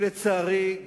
לצערי,